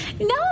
No